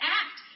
act